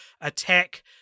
attack